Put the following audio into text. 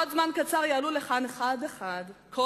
בעוד זמן קצר יעלו לכאן אחד-אחד כל